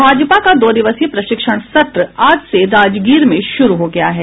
भाजपा का दो दिवसीय प्रशिक्षण सत्र आज से राजगीर में शुरू हो गया है